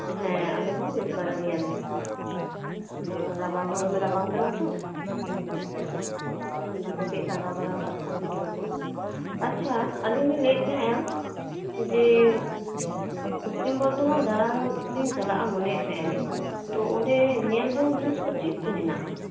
ᱦᱮᱸ ᱟᱞᱮ ᱦᱚᱸ ᱵᱮᱥ ᱵᱟᱲᱟ ᱜᱮᱭᱟᱞᱮ ᱟᱫᱚ ᱨᱟᱵᱟᱝ ᱦᱚᱸ ᱫᱚᱢᱮ ᱨᱟᱵᱟᱝ ᱠᱟᱱᱟ ᱛᱚ ᱴᱷᱟᱱᱰᱟ ᱠᱚ ᱠᱟᱹᱡ ᱞᱟᱜᱟᱣ ᱵᱟᱲᱟ ᱠᱟᱜ ᱠᱚᱣᱟ ᱜᱤᱫᱽᱨᱟᱹ ᱠᱚ ᱟᱪᱪᱷᱟ ᱟᱹᱞᱤᱧᱞᱤᱧ ᱞᱟᱹᱭᱮᱫ ᱛᱟᱦᱮᱸᱫᱼᱟ ᱡᱮ ᱯᱚᱥᱪᱤᱢ ᱵᱚᱨᱫᱷᱚᱢᱟᱱ ᱫᱟᱬᱟᱱᱞᱤᱧ ᱪᱟᱞᱟᱜᱼᱟ ᱢᱚᱱᱮᱭᱮᱫ ᱛᱟᱦᱮᱸᱫ ᱟᱹᱞᱤᱧ ᱛᱚ ᱚᱸᱰᱮ ᱧᱮᱞ ᱡᱚᱝ ᱡᱤᱱᱤᱥ ᱠᱚ ᱪᱮᱫ ᱠᱚ ᱦᱮᱱᱟᱜᱼᱟ